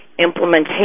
implementation